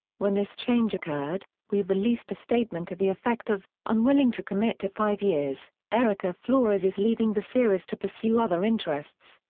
when this change occurred, we released a statement to the effect of, unwilling to commit to five years, erika flores is leaving the series to pursue other interests.